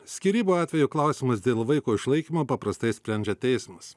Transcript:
skyrybų atveju klausimus dėl vaiko išlaikymo paprastai sprendžia teismas